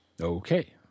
Okay